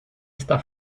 está